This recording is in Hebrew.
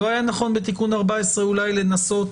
לא היה נכון בתיקון 14 אולי לנסות